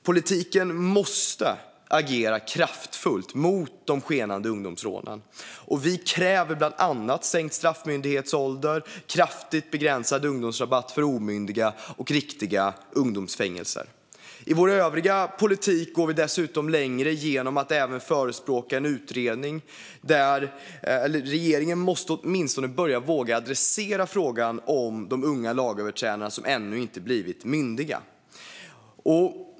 Politiken måste agera kraftfullt mot de skenande ungdomsrånen. Vi kräver bland annat sänkt straffmyndighetsålder, kraftigt begränsad ungdomsrabatt för omyndiga och riktiga ungdomsfängelser. I vår övriga politik går vi dessutom längre genom att även förespråka en utredning om detta. Regeringen måste åtminstone börja våga adressera frågan om de unga lagöverträdare som ännu inte blivit myndiga.